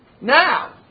Now